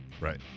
Right